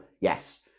yes